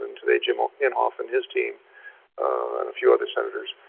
and today, jim ah inhofe and his team and a few other senators,